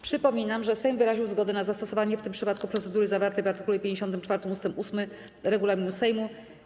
Przypominam, że Sejm wyraził zgodę na zastosowanie w tym przypadku procedury zawartej w art. 54 ust. 8. regulaminu Sejmu.